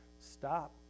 stop